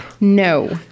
No